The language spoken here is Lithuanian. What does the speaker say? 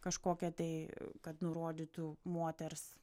kažkokią tai kad nurodytų moters